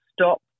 stop